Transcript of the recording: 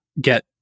get